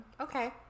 Okay